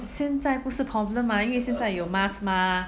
现在不是 problem ah 因为现在有 mask mah